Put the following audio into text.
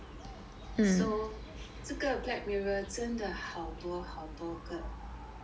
so 这个 black mirror 真的好多好多个